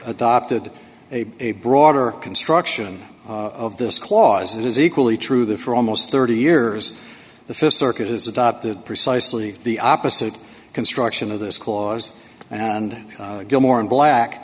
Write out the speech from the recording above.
adopted a broader construction of this clause that is equally true that for almost thirty years the th circuit has adopted precisely the opposite construction of this clause and gilmore in black